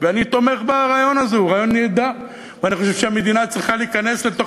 ואני תומך ברעיון הזה, הוא רעיון נהדר.